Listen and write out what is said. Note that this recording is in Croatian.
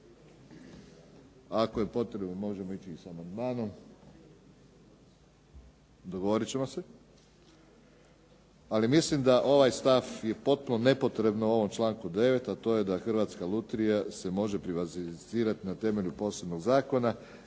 ako je potrebno možemo ići i sa amandmanom, dogovoriti ćemo se, ali mislim da je ovaj stav potpuno nepotrebno u ovom članku 9. a to je da Hrvatska lutrija se može privatizirati na temelju posebnog zakona